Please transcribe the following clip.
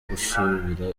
gusubira